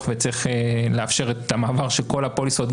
וצריך לאפשר את המעבר של כל הפוליסות,